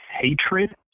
hatred